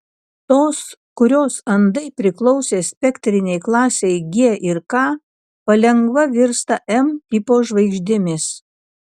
tos kurios andai priklausė spektrinei klasei g ir k palengva virsta m tipo žvaigždėmis